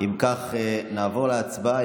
אם כך, נעבור להצבעה.